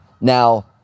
Now